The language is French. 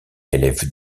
élève